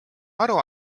aru